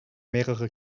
mehrere